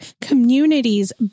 communities